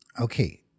okay